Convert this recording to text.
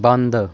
ਬੰਦ